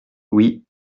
oui